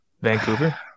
Vancouver